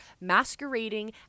masquerading